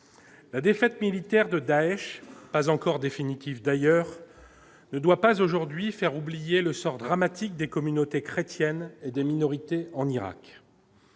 la défaite militaire de Daech, pas encore définitive d'ailleurs ne doit pas aujourd'hui faire oublier le sort dramatique des communautés chrétiennes et des minorités en Irak.